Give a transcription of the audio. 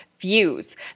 views